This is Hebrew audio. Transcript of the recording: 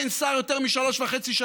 אין שר יותר משלוש שנים וחצי.